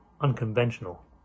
unconventional